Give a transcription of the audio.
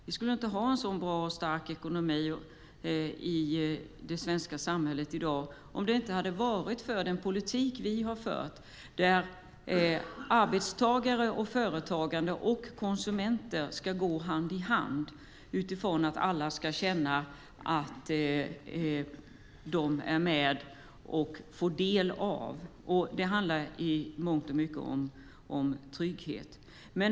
Vi skulle inte ha en så bra och stark ekonomi i det svenska samhället i dag om det inte hade varit för den politik som vi har fört där arbetstagare, företagare och konsumenter ska gå hand i hand. Alla ska känna att de är med. Det handlar mycket om trygghet.